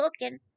looking